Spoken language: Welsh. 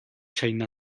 china